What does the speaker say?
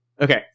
Okay